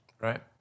right